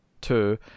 two